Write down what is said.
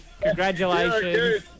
Congratulations